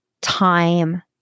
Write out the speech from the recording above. time